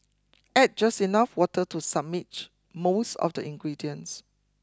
add just enough water to submerge most of the ingredients